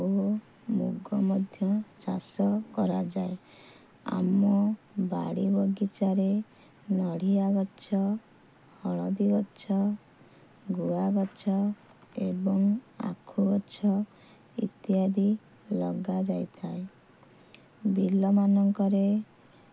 ଓ ମୁଗ ମଧ୍ୟ ଚାଷ କରାଯାଏ ଆମ ବାଡ଼ି ବଗିଚାରେ ନଡ଼ିଆ ଗଛ ହଳଦୀ ଗଛ ଗୁଆ ଗଛ ଏବଂ ଆଖୁ ଗଛ ଇତ୍ୟାଦି ଲଗାଯାଇଥାଏ ବିଲମାନଙ୍କରେ